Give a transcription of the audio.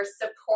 support